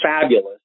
fabulous